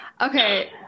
Okay